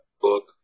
book